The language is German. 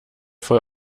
voll